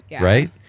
right